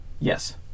yes